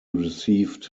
received